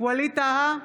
ווליד טאהא,